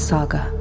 Saga